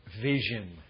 vision